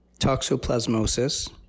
toxoplasmosis